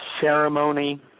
ceremony